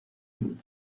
بود